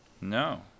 No